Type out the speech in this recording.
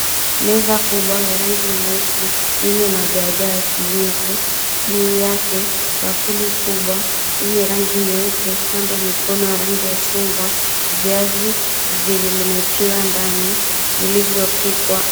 Meza kubwa ya rangi nyeusi yenye madoadoa ya kijivu, juu yake bakuli kubwa yenye rangi nyeupe, kando mikono ya rangi ya chungwa, viazi vimetiwa ndani vilivyopikwa.